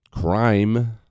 crime